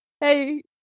Hey